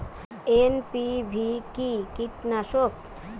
NPV কি কীটনাশক?